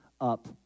up